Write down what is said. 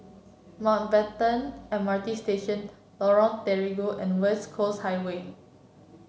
Mountbatten M R T Station Lorong Terigu and West Coast Highway